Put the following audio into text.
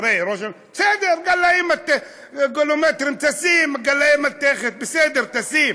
בסדר, מגנומטרים, תשים גלאי מתכת, בסדר, תשים.